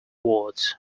words